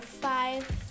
five